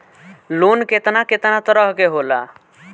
Loan केतना केतना तरह के होला?